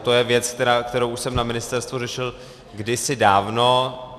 To je věc, kterou už jsem na ministerstvu řešil kdysi dávno.